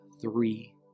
three